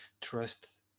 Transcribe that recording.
trust